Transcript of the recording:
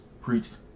preached